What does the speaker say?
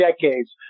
decades